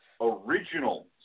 original